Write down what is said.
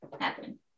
happen